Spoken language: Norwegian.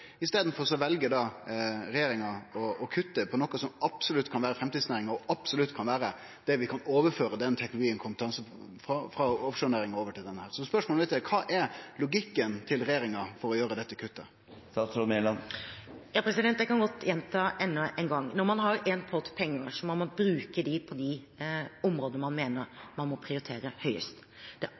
regjeringa å kutte i noko som absolutt kan vere ei framtidsnæring, og som absolutt kan vere ei næring som kan få overført teknologi og kompetanse frå offshore-næringa. Så spørsmålet mitt er: Kva er logikken til regjeringa for å gjere dette kuttet? Ja, jeg kan godt gjenta det enda en gang: Når man har én pott penger, må man bruke dem på de områdene man mener man må prioritere høyest. Det